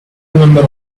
remember